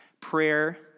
prayer